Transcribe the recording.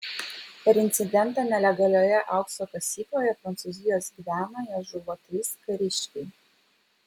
per incidentą nelegalioje aukso kasykloje prancūzijos gvianoje žuvo trys kariškiai